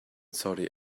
saudi